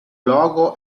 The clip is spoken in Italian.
logo